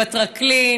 בטרקלין,